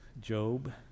job